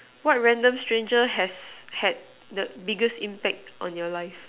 what random strange has had the biggest impact on your life